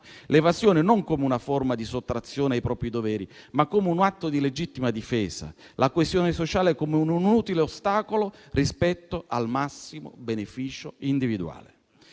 l'evasione non come una forma di sottrazione ai propri doveri, ma come un atto di legittima difesa. La coesione sociale è come un inutile ostacolo rispetto al massimo beneficio individuale.